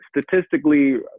statistically